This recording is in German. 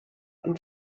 und